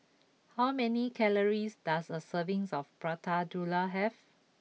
how many calories does a serving of Prata Telur have